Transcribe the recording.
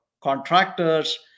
contractors